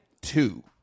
two